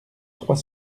trois